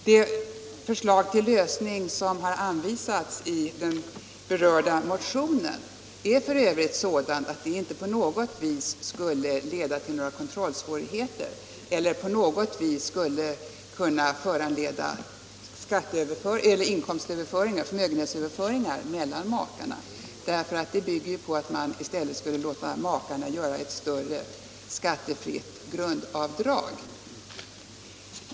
Det förslag till lösning vi anvisar i den berörda motionen är f. ö. sådant att det inte på något vis skulle leda till kontrollsvårigheter eller på något vis skulle kunna föranleda förmögenhetsöverföringar mellan makarna. Förslaget bygger ju på att man i stället skulle låta makarna göra ett större skattefritt grundavdrag.